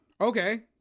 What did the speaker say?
Okay